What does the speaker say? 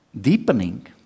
deepening